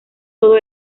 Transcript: todo